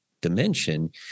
dimension